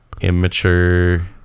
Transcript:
immature